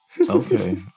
Okay